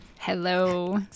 Hello